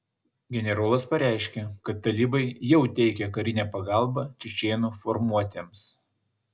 generolas pareiškė kad talibai jau teikia karinę pagalbą čečėnų formuotėms